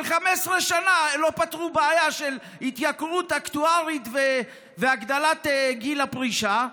אבל 15 שנה לא פתרו בעיה של התייקרות אקטוארית והעלאת גיל הפרישה,